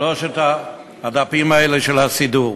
13 הדפים האלה של הסידור.